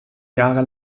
jahre